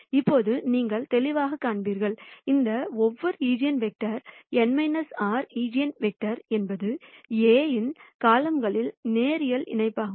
இப்போது நீங்கள் தெளிவாகக் காண்பீர்கள் இந்த ஒவ்வொரு ஈஜென்வெக்டர்களும் n r ஈஜென்வெக்டர் என்பது A இன் காலம்கள்களின் நேரியல் இணைப்பாகும்